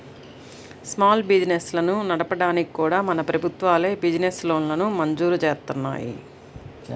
small బిజినెస్లను నడపడానికి కూడా మనకు ప్రభుత్వాలే బిజినెస్ లోన్లను మంజూరు జేత్తన్నాయి